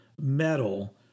metal